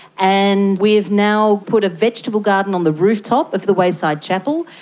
and we have now put a vegetable garden on the rooftop of the wayside chapel,